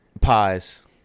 pies